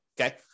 okay